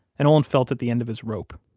and olin felt at the end of his rope.